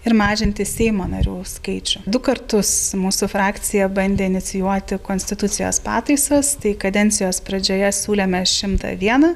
ir mažinti seimo narių skaičių du kartus mūsų frakcija bandė inicijuoti konstitucijos pataisas tai kadencijos pradžioje siūlėme šimtą vieną